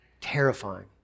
Terrifying